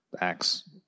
Acts